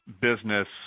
business